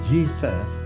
Jesus